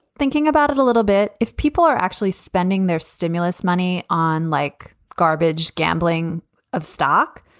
thinking about it a little bit if people are actually spending their stimulus money on like garbage gambling of stock,